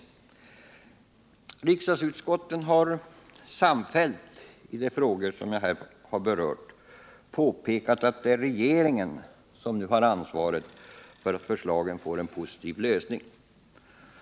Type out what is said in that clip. De berörda riksdagsutskotten har samfällt i de frågor jag tagit upp påpekat att det är regeringen som nu har ansvaret för att förslagen får en positiv lösning.